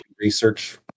research